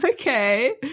Okay